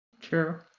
True